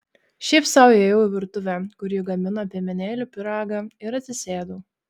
šiaip sau įėjau į virtuvę kur ji gamino piemenėlių pyragą ir atsisėdau